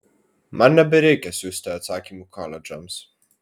man nebereikia siųsti atsakymų koledžams